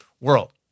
world